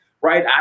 right